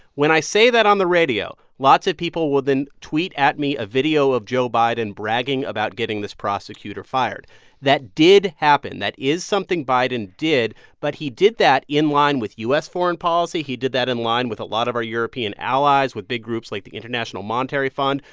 when i say that on the radio, lots of people will then tweet at me a video of joe biden bragging about getting this prosecutor fired that did happen. that is something biden did, but he did that in line with u s. foreign policy. he did that in line with a lot of our european allies with big groups like the international monetary fund.